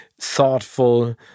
thoughtful